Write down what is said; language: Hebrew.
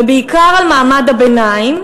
ובעיקר על מעמד הביניים,